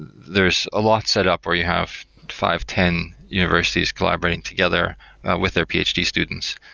there's a lot set up where you have five, ten universities collaborating together with their ph d. students,